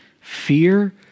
fear